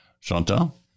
Chantal